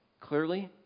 clearly